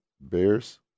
Bears